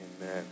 Amen